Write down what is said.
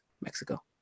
Mexico